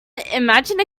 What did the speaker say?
imagine